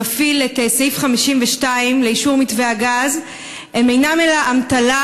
מפעיל את סעיף 52 לאישור מתווה הגז אינם אלא אמתלה,